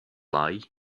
lie